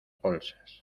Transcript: bolsas